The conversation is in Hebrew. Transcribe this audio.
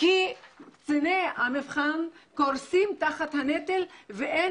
כי קציני המבחן קורסים תחת הנטל ואין